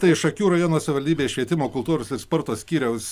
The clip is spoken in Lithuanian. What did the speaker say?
tai šakių rajono savivaldybės švietimo kultūros ir sporto skyriaus